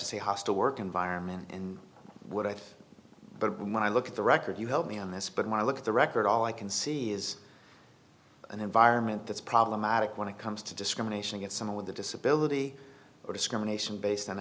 to say hostile work environment and what i thought but when i look at the record you help me on this but my look at the record all i can see is an environment that's problematic when it comes to discrimination get someone with a disability discrimination based on